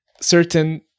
Certain